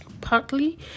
Partly